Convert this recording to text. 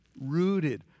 Rooted